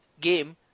game